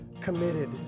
committed